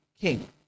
king